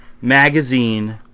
magazine